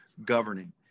governing